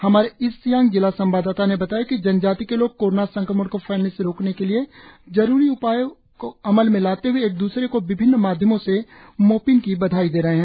हमारे ईस्ट सियांग जिला संवाददाता ने बताया कि जनजाति के लोग कोरोना संक्रमण को फैलने से रोकने के लिए जरूरी उपायों को अमल में लाते हए एक द्रसरे को विभिन्न माध्यमों से मोपिन की बधाई दे रहे हैं